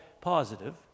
positive